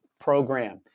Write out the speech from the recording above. program